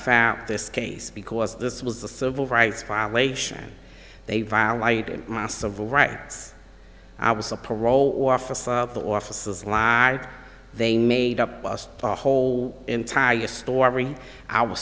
found in this case because this was the civil rights violation they violated my civil rights i was a parole officer the officers lie they made up was the whole entire story our